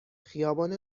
خیابان